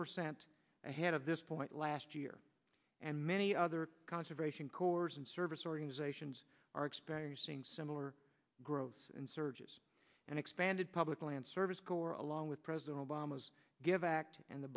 percent ahead of this point last year and many other conservation corps and service organizations are experiencing similar growth and surges and expanded public lands service corps along with president obama's give act and the